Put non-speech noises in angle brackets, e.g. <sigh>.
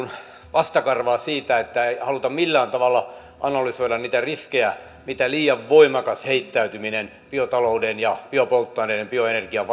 vastakarvaa siitä että ei haluta millään tavalla analysoida niitä riskejä mitä liian voimakas heittäytyminen biotalouden ja biopolttoaineiden bioenergian <unintelligible>